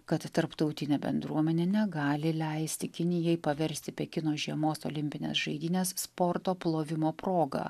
kad tarptautinė bendruomenė negali leisti kinijai paversti pekino žiemos olimpines žaidynes sporto plovimo proga